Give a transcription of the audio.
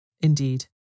Indeed